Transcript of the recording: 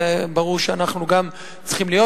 וברור שגם אנחנו צריכים להיות.